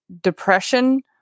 depression